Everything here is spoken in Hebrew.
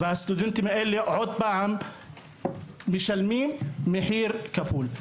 והסטודנטים האלה עוד פעם משלמים מחיר כפול.